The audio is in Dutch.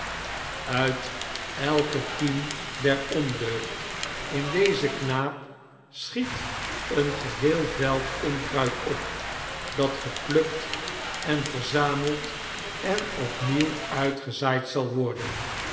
uit elken kiem der ondeugd in dezen knaap schiet een geheel veld onkruid op dat geplukt en verzameld en opnieuw uitgezaaid zal worden